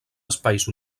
espais